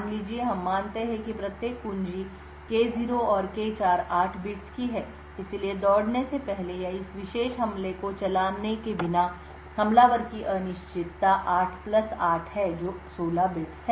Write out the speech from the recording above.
मान लीजिए कि हम मानते हैं कि प्रत्येक कुंजी K0 और K4 8 बिट्स की है इसलिए दौड़ने से पहले या इस विशेष हमले को चलाने के बिना हमलावर की अनिश्चितता 8 प्लस 8 है जो 16 बिट्स है